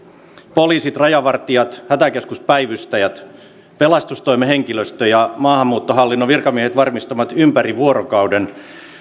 poliisit rajavartijat hätäkeskuspäivystäjät pelastustoimen henkilöstö ja maahanmuuttohallinnon virkamiehet varmistavat ympäri vuorokauden